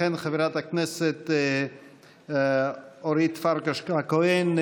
חברת הכנסת אורית פרקש הכהן,